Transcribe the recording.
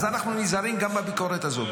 אז אנחנו נזהרים גם בביקורת הזאת.